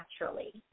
naturally